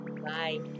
bye